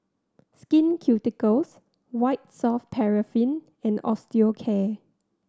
Skin Ceuticals White Soft Paraffin and Osteocare